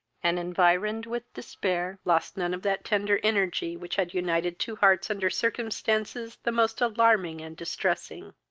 and, environed with despair, lost none of that tender energy which had united two hearts under circumstances the most alarming and distressing.